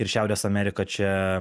ir šiaurės amerika čia